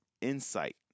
insight